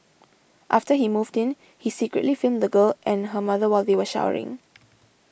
after he moved in he secretly filmed the girl and her mother while they were showering